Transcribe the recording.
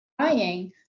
crying